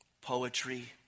poetry